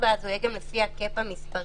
אז הוא יהיה גם לפי הקאפ המספרי,